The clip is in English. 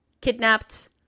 Kidnapped